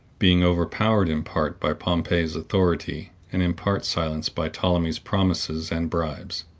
being overpowered in part by pompey's authority, and in part silenced by ptolemy's promises and bribes.